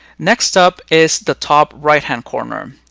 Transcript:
next up is the top right-hand corner.